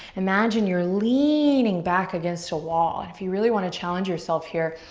imagine you're leaning back against a wall. and if you really wanna challenge yourself here,